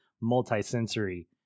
multi-sensory